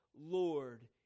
Lord